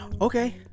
Okay